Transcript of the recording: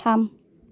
थाम